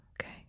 Okay